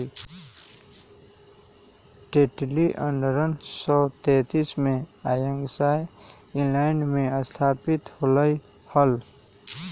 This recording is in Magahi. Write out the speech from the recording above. टेटली अठ्ठारह सौ सैंतीस में यॉर्कशायर, इंग्लैंड में स्थापित होलय हल